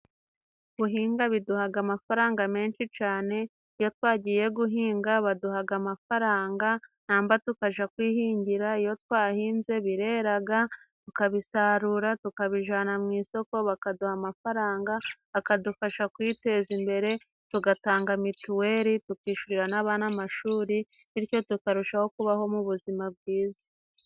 Guhinga biduhaga amafaranga menshi cane. Iyo twagiye guhinga baduhaga amafaranga namba tukaja kwihingira. Iyo twahinze bireraga tukabisarura, tukabijana mu isoko, bakaduha amafaranga akadufasha kwiteza imbere, tugatanga mituweli, tutishurira n'abana amashuri bityo tukarushaho kubaho mu buzima bwiza.